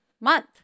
month